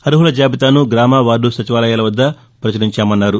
అర్ముల జాబితాను గ్రామ వార్గు సచివాలయాల వద్ద ప్రచురించామన్నారు